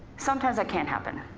sometimes that can't happen.